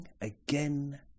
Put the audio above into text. again